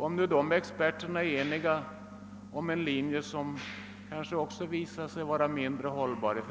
Om de experterna är eniga om en linje, som i framtiden visar sig vara mindre hållbar,